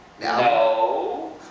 No